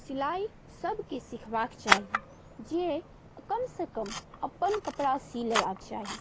सिलाइ सभके सिखबाक चाही जे कम से कम अपन कपड़ा सी लेबाके चाही